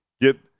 get